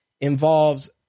involves